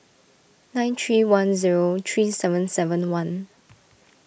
nine three one zero three seven seven one